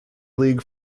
league